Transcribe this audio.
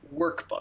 workbook